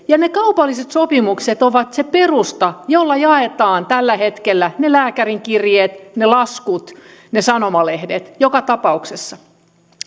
ja ne kaupalliset sopimukset ovat se perusta jolla jaetaan tällä hetkellä ne lääkärin kirjeet ne laskut ne sanomalehdet joka tapauksessa